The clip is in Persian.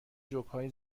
جوکهای